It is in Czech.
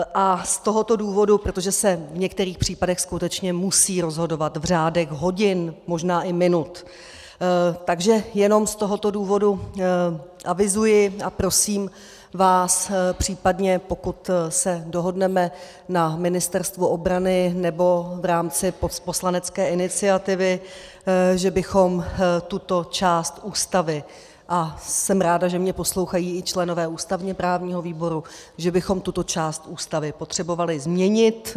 Z tohoto důvodu, protože se v některých případech skutečně musí rozhodovat v řádech hodin, možná i minut, takže jenom z tohoto důvodu avizuji a prosím vás případně, pokud se dohodneme na Ministerstvu obrany nebo v rámci poslanecké iniciativy, že bychom tuto část Ústavy a jsem ráda, že mě poslouchají i členové ústavněprávního výboru že bychom tuto část Ústavy potřebovali změnit.